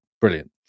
Brilliant